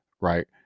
right